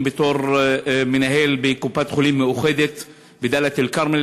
שכמנהל בקופת-חולים מאוחדת בדאלית-אלכרמל,